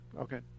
okay